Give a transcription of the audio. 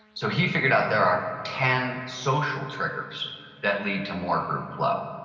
so he figured out there are ten social triggers that lead to more group flow.